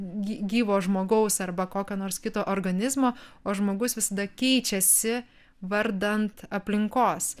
gyvo žmogaus arba kokio nors kito organizmo o žmogus visada keičiasi vardant aplinkos